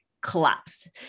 collapsed